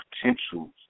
potentials